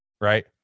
right